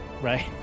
Right